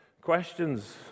Questions